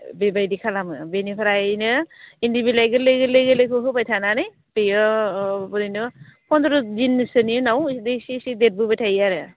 बेबायदि खालामो बेनिफ्रायनो इन्दि बिलाइ गोरलै गोरलै गोरलैखौ होबाय थानानै बेयो ओरैनो फनद्र' दिनसोनि उनाव बे एसे एसे देरबोबाय थायो आरो